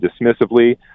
dismissively